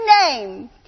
name